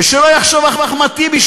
ושלא יחשוב אחמד טיבי,